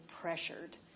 pressured